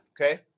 okay